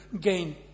gain